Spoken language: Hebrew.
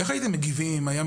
איך הייתם מגיבים אם עכשיו